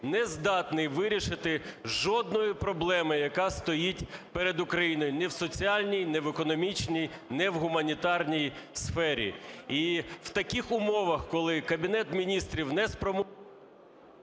не здатний вирішити жодної проблеми, яка стоїть перед Україною, ні в соціальній, ні в економічній, ні в гуманітарній сфері. І в таких умовах, коли Кабінету Міністрів не спроможний…